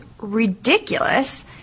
ridiculous